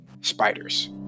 spiders